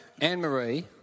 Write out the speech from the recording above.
Anne-Marie